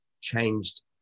changed